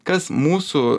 kas mūsų